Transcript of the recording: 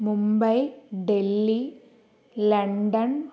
Mumbai Delhi London